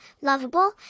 lovable